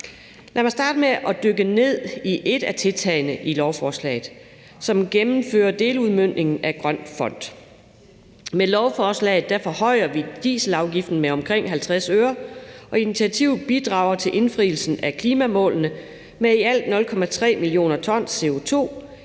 Lad mig starte med at dykke ned i et af tiltagene i lovforslaget, som gennemfører deludmøntningen af Grøn Fond. Med lovforslaget forhøjer vi dieselafgiften med omkring 50 øre, og initiativet bidrager til indfrielsen af klimamålene med i alt 0,3 mio. t CO2